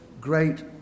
great